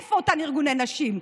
איפה אותם ארגוני נשים?